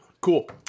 Cool